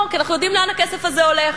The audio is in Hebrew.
כי אנחנו יודעים לאן הכסף הזה הולך.